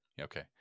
Okay